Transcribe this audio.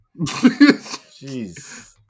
Jeez